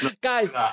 guys